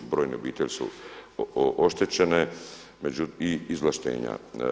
Brojne obitelji su oštećene i izvlaštenja.